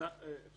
אנחנו